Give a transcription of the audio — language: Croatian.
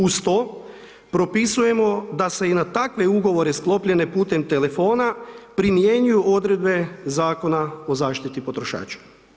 Uz to propisujemo da se i na takve ugovore sklopljene putem telefona primjenjuju odredbe Zakona o zaštiti potrošača.